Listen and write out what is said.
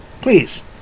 please